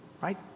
Right